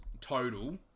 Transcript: total